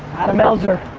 adam howser,